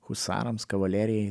husarams kavalerijai